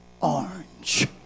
orange